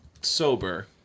sober